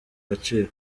agaciro